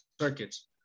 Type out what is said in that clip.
circuits